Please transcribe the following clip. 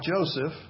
Joseph